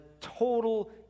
total